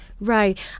Right